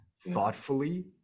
thoughtfully